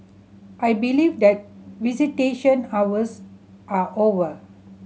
I believe that visitation hours are over